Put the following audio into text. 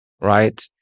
Right